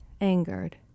angered